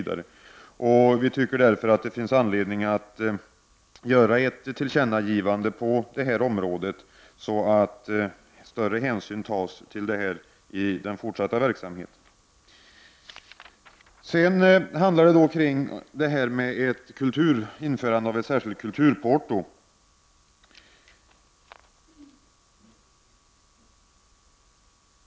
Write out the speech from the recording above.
Därför finns det anledning att göra ett tillkännagivande, så att större hänsyn tas på detta område i den fortsatta verksamheten. Sedan handlar det om införande av ett särskilt kulturporto.